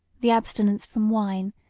the abstinence from wine,